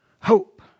Hope